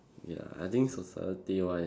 ya I think society wise